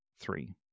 three